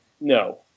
No